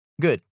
good